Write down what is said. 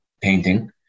painting